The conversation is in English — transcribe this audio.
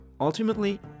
Ultimately